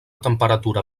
temperatura